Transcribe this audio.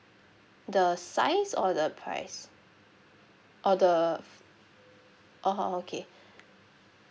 the size or the price or the orh orh okay